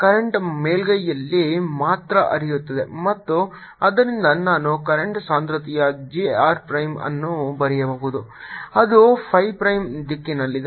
current ಮೇಲ್ಮೈಯಲ್ಲಿ ಮಾತ್ರ ಹರಿಯುತ್ತದೆ ಮತ್ತು ಆದ್ದರಿಂದ ನಾನು ಕರೆಂಟ್ ಸಾಂದ್ರತೆಯ j r ಪ್ರೈಮ್ ಅನ್ನು ಬರೆಯಬಹುದು ಅದು phi ಪ್ರೈಮ್ ದಿಕ್ಕಿನಲ್ಲಿದೆ